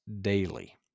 daily